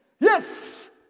Yes